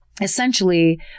essentially